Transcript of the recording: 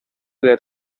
alle